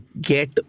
get